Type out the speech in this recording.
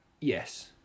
yes